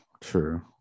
true